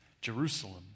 Jerusalem